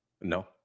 No